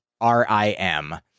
R-I-M